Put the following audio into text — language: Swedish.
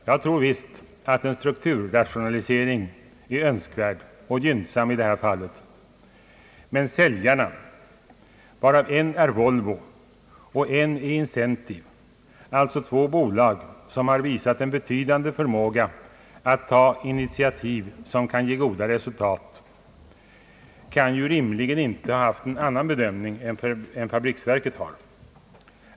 Jag tror visst att en strukturrationalisering är önskvärd och gynnsam i det här fallet, men säljarna — varav en är Volvo och en Incentive, alltså två bolag som har visat en betydande förmåga att ta initiativ som kan ge goda resultat — kan rimligen inte ha gjort en annan bedömning än fabriksverket.